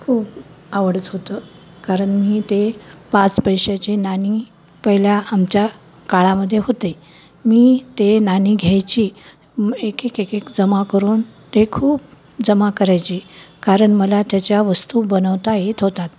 खूप आवडत होतं कारण मी ते पाच पैशाची नाणी पहिल्या आमच्या काळामध्ये होते मी ते नाणी घ्यायची एक एक एक एक जमा करून ते खूप जमा करायची कारण मला त्याच्या वस्तू बनवता येत होतात